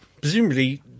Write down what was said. presumably